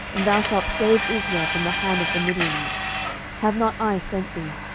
and thou shalt save israel from the hand of the midianites have not i sent thee?